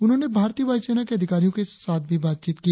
उन्होंने भारतीय वायुसेना के अधिकारियों के साथ भी बातचीत की